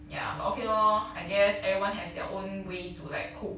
ya but okay lor I guess everyone have their own ways to like cope